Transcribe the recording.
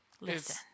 Listen